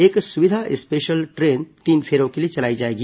एक सुविधा special train तीन फेरों के लिए चलाई जाएगी